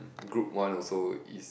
group one also is